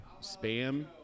spam